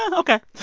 ah ok